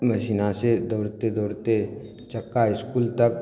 मेहसिनासँ दौड़ते दौड़ते चक्का इसकुल तक